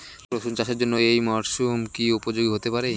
রসুন চাষের জন্য এই মরসুম কি উপযোগী হতে পারে?